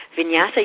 Vinyasa